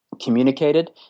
communicated